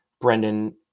Brendan